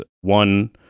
one